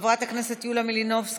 חברת הכנסת יוליה מלינובסקי,